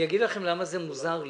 אני אגיד לכם למה זה מוזר לי.